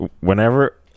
whenever